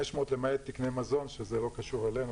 500 למעט תקני מזון שזה לא קשור אלינו,